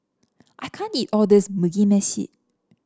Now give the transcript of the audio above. I can't eat all this Mugi Meshi